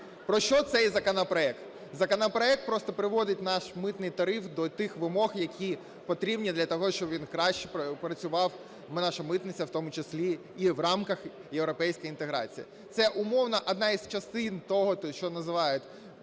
Про що цей законопроект? Законопроект просто приводить наш Митний тариф до тих вимог, які потрібно для того, щоб він краще працював, наша митниця в тому числі, і в рамках європейської інтеграції. Це, умовно, одна із частин того, що називають